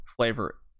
flavor